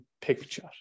picture